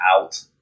out